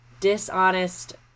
dishonest